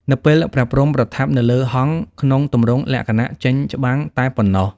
នៅពេល ព្រះព្រហ្ម ប្រថាប់នៅលើហង្ស ក្នុងទម្រងលក្ខណៈចេញច្បាំងតែប៉ុណ្ណោះ ។